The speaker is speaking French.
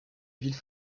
ville